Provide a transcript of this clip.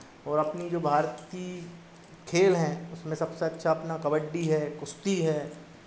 और अपनी जो भारतीय खेल हैं उसमें सबसे अच्छा अपना कबड्डी है कुस्ती है